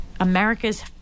america's